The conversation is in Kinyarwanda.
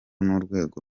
n’urwego